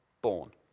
born